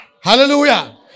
Hallelujah